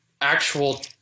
actual